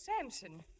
Samson